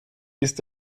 ist